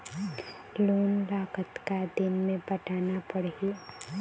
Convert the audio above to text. Loan ला कतका दिन मे पटाना पड़ही?